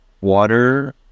water